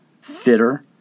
fitter